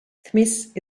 smith